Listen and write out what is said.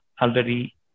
already